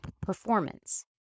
performance